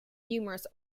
numerous